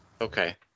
okay